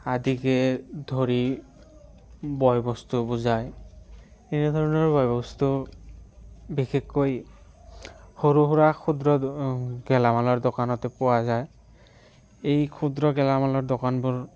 আদিকে ধৰি বয় বস্তু বুজায় এনেধৰণৰ বয় বস্তু বিশেষকৈ সৰু সুৰা ক্ষুদ্ৰ গেলামালৰ দোকানতে পোৱা যায় এই ক্ষুদ্ৰ গেলামালৰ দোকানবোৰ